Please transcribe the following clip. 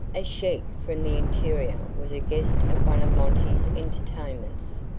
a sheik from the interior was a guest at one of monty's entertainments.